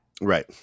Right